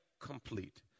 complete